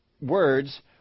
words